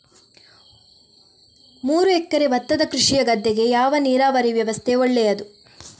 ಮೂರು ಎಕರೆ ಭತ್ತದ ಕೃಷಿಯ ಗದ್ದೆಗೆ ಯಾವ ನೀರಾವರಿ ವ್ಯವಸ್ಥೆ ಒಳ್ಳೆಯದು?